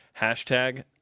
hashtag